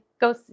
go